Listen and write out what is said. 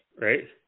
right